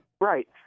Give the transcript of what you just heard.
Right